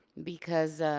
because